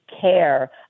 care